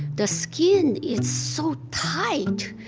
the skin it's so tight,